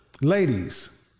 Ladies